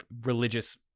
religious